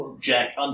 Jack